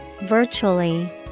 virtually